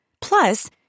Plus